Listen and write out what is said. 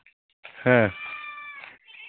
ᱦᱮᱸ